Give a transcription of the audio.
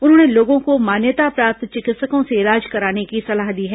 उन्होंने लोगों को मान्यता प्राप्त चिकित्सकों से इलाज कराने की सलाह दी है